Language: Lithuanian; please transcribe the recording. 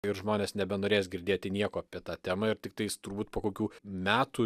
ir žmonės nebenorės girdėti nieko apie tą temą ir tiktais turbūt po kokių metų